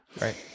Right